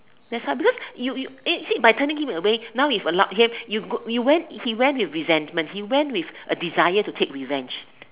that's why because you you and see by turning him away now you allow you have you went he went with revenge he went with a desire to take revenge